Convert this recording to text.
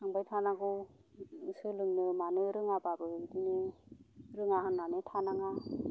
थांबाय थानांगौ सोलोंनो मानो रोङाबाबो बिदिनो रोङा होन्नानै थानाङा